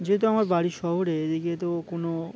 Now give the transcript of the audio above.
যেহেতু আমার বাড়ির শহরে এদিকে তো কোনো